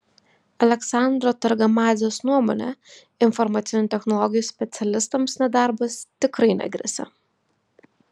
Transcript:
aleksandro targamadzės nuomone informacinių technologijų specialistams nedarbas tikrai negresia